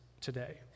today